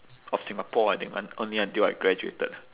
of singapore I think un~ only until I graduated